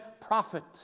prophet